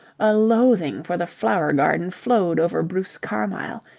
a loathing for the flower garden flowed over bruce carmyle,